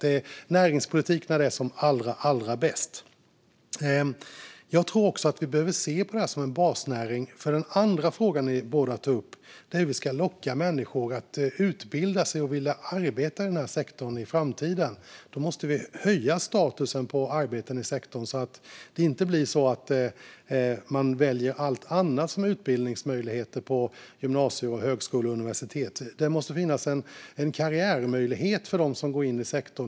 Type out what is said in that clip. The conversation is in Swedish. Det här är näringspolitik när den är som allra bäst. Jag tror också att vi behöver se på detta som en basnäring med tanke på den andra fråga som ni tog upp. Om vi ska locka människor att utbilda sig och vilja arbeta i sektorn i framtiden måste vi höja statusen på arbetet i sektorn så att de inte väljer alla andra utbildningsmöjligheter på gymnasiet, i högskolan eller på universitet. Det måste finnas en karriärmöjlighet för dem som går in i den här sektorn.